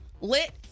lit